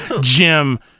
Jim